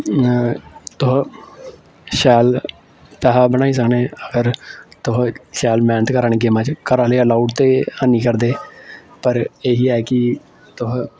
तुस शैल पैसा बनाई सकने अगर तुस शैल मैह्नत करा नी गेमां च घरै आह्ले अलाउड ते हैनी करदे पर एह् ऐ कि तुस